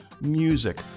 music